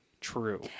true